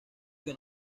que